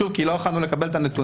שוב כי לא יכולנו לקבל את הנתונים,